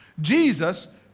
Jesus